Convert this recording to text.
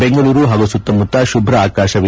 ಬೆಂಗಳೂರು ಹಾಗೂ ಸುತ್ತಮುತ್ತ ಶುಭ್ಧ ಆಕಾತ